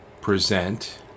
present